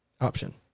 option